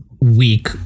week